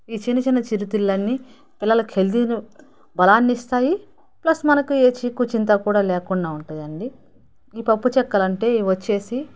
ఈ చిన్న చిన్న చిరుతిళ్ళన్ని పిల్లలకు హెల్తీను బలాన్ని ఇస్తాయి ప్లస్ మనకు ఏ చీకు చింత కూడా లేకుండా ఉంటుంది అండి ఈ పప్పు చక్కలు అంటే వచ్చేసి